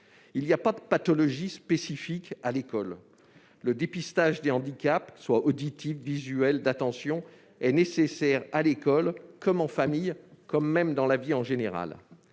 Il n'y a pas de pathologies spécifiques à l'école. Le dépistage du handicap, qu'il soit auditif, visuel ou d'attention, est nécessaire à l'école comme en famille ou dans la vie en général.